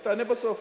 תענה בסוף.